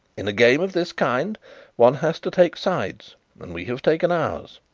in a game of this kind one has to take sides and we have taken ours.